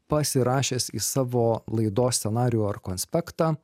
pasirašęs į savo laidos scenarijų ar konspektą